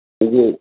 जी